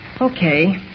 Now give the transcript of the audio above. Okay